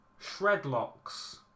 Shredlocks